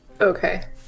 Okay